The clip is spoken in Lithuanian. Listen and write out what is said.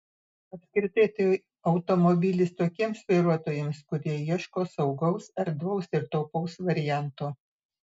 apskritai tai automobilis tokiems vairuotojams kurie ieško saugaus erdvaus ir taupaus varianto